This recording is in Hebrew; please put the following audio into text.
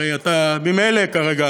הרי אתה ממילא כרגע